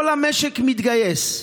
כל המשק מתגייס,